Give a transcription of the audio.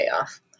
off